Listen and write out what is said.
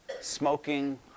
smoking